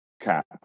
cap